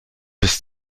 bis